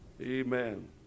Amen